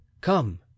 Come